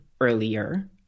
earlier